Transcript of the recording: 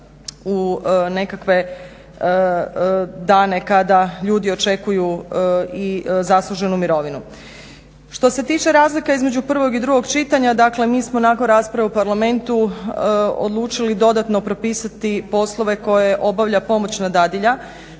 u nekakve dane kada ljudi očekuju i zasluženu mirovinu. Što se tiče razlika između prvog i drugog čitanja dakle mi smo nakon rasprave u Parlamentu odlučili dodatno propisati poslove koje obavlja pomoćna dadilja